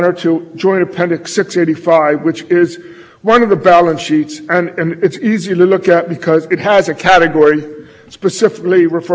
and five hundred seventy seven thousand dollars it does not include another set of monetary assets that are held by